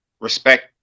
respect